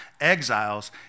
exiles